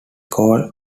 called